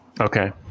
Okay